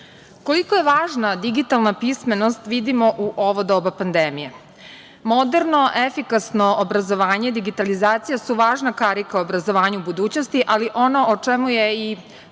je važna digitalna pismenost vidimo u ovo doba pandemije. Moderno, efikasno obrazovanje, digitalizacija su važna karika obrazovanja u budućnosti, ali ono o čemu je i